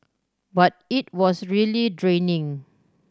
but it was really draining